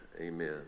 Amen